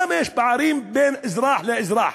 למה יש פערים בין אזרח לאזרח?